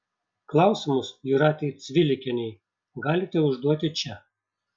klausimus jūratei cvilikienei galite užduoti čia